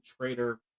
trader